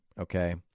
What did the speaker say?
okay